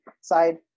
side